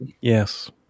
Yes